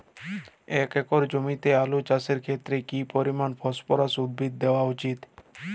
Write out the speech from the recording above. এক একর জমিতে আলু চাষের ক্ষেত্রে কি পরিমাণ ফসফরাস উদ্ভিদ দেওয়া উচিৎ?